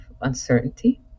uncertainty